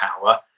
power